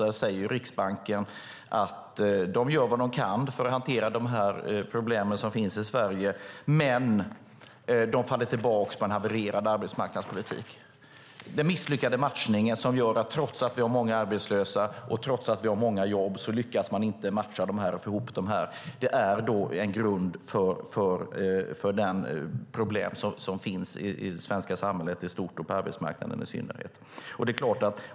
Där säger Riksbanken att de gör vad de kan för att hantera de problem som finns i Sverige, men de faller tillbaka på en havererad arbetsmarknadspolitik. Det handlar om den misslyckade matchningen; trots att vi har många arbetslösa och trots att vi har många jobb lyckas man inte få ihop det. Det är en grund för de problem som finns i det svenska samhället i stort och på arbetsmarknaden i synnerhet.